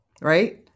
Right